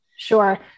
Sure